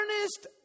earnest